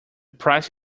price